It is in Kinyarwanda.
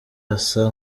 asa